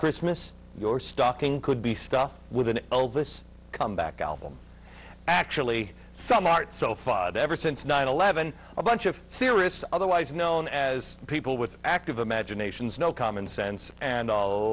christmas your stocking could be stuffed with an auv this comeback album actually some art so ever since nine eleven a bunch of serious otherwise known as people with active imaginations no common sense and a lot of